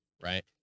Right